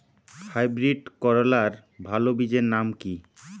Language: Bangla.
হাইব্রিড করলার ভালো বীজের নাম কি?